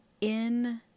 in-